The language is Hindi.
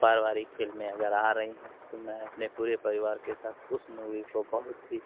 पारवारिक फिल्में अगर आ रहीं हैं तो मैं अपने पूरे परिवार के साथ उस मूवी को बहुत ही